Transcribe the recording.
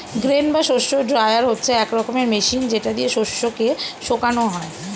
grain বা শস্য dryer হচ্ছে এক রকমের মেশিন যেটা দিয়ে শস্য কে শোকানো যায়